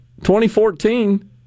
2014